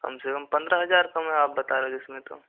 कम से कम पंद्रह हज़ार कम है आप बात रहे हो जिसमें तो